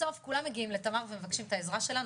בסוף כולם מגיעים לתמר ומבקשים את העזרה שלה,